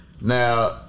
Now